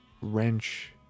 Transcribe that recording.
wrench